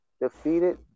defeated